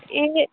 ए